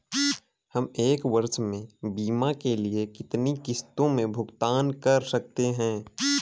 हम एक वर्ष में बीमा के लिए कितनी किश्तों में भुगतान कर सकते हैं?